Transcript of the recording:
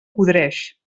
podreix